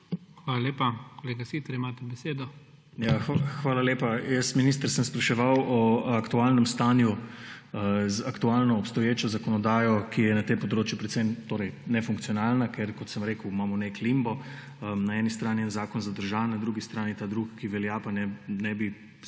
Hvala lepa. Kolega Siter, imate besedo. **PRIMOŽ SITER (PS Levica):** Hvala lepa. Minister, spraševal sem o aktualnem stanju z aktualno obstoječo zakonodajo, ki je na tem področju predvsem nefunkcionalna, ker kot sem rekel, imamo nek limbo; na eni strani je zakon zadržan, na drugi strani ta drugi, ki velja, pa ne bi